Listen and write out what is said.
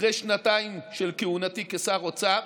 אחרי שנתיים של כהונתי כשר אוצר,